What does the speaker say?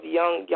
young